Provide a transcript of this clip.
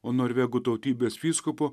o norvegų tautybės vyskupų